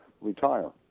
retire